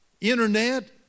Internet